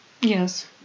Yes